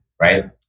right